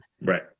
Right